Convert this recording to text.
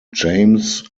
james